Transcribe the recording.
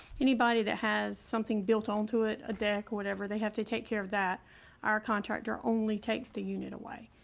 anybody that has something built onto it a deck, whatever they have to take care of that our contractor only takes the unit away.